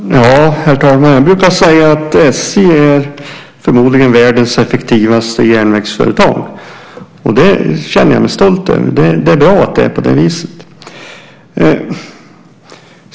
Herr talman! Jag brukar säga att SJ förmodligen är världens effektivaste järnvägsföretag. Det känner jag mig stolt över. Det är bra att det är på det viset.